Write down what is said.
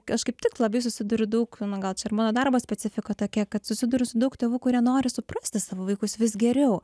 aš kaip tik labai susiduriu daug na gal čia ir mano darbo specifika tokia kad susiduriu su daug tėvų kurie nori suprasti savo vaikus vis geriau